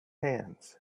hands